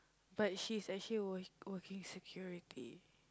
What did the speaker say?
but she's actually work~ working security